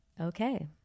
Okay